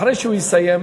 אחרי שהם יסיימו,